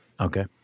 Okay